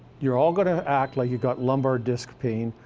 you're all gonna act like you've got lumbar disc pain,